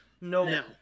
No